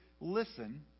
listen